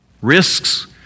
Risks